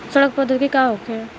सड़न प्रधौगकी का होखे?